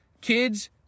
kids